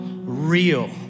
real